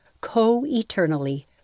co-eternally